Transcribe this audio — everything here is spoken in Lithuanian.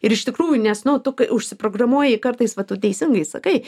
ir iš tikrųjų nes nu tu kai užsiprogramuoji kartais va tu teisingai sakai